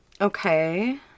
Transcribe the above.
Okay